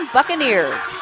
Buccaneers